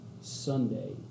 Sunday